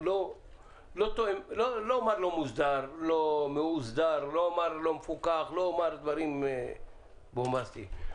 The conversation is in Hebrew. אני לא אומר: לא מוסדר, לא מפוקח, לא מאוסדר.